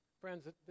Friends